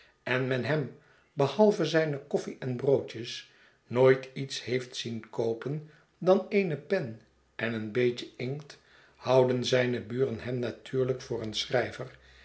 en men hem behalve zijne koffie en broodjes nooit iets heeft zien koopen dan eene pen en een beetje inkt houden zijne buren hem natuurlijk voor een schrijver